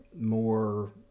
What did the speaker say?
more